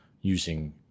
using